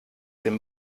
dem